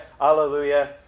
hallelujah